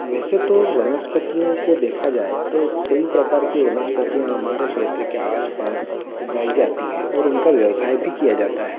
वैसे तो वनस्पतियों को देखा जाए तो कई प्रकार की वनस्पतियाँ हमारे क्षेत्र के आस पास उगाई जाती हैं और उनका व्यवसाय भी किया जाता है